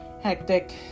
hectic